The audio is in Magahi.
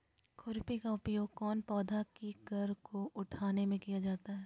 खुरपी का उपयोग कौन पौधे की कर को उठाने में किया जाता है?